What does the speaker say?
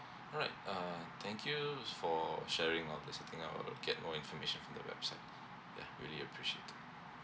all right uh thank you for sharing all these things out I'll get more information from the website yeah really appreciate it